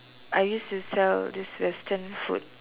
I used to sell this Western food